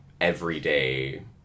everyday